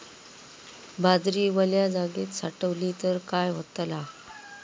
बाजरी वल्या जागेत साठवली तर काय होताला?